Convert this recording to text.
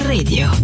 Radio